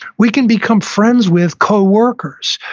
we can become friends with co-workers.